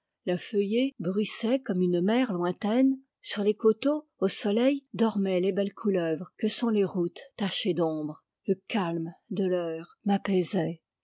la feuillée bruis sait comme une mer lointaine sur les coteaux au soleil dormaient les belles couleuvres que sont les routes tachées d'ombre le calme de l'heure m'apaisait